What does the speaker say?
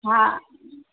हा